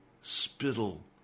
spittle